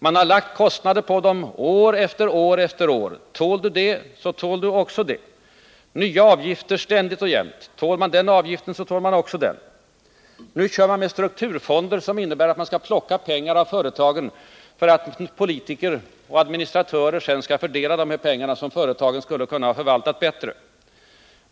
Man har lagt kostnader på dem, år efter år efter år — tål de det, så tål de också det — och nya avgifter ständigt och jämt: tål de den avgiften, så tål de också den. Nu talar man för strukturfonder, som innebär att man skall plocka pengar av företagen för att politiker och adminstratörer sedan skall fördela de pengar som företagen skulle ha kunnat förvalta bättre.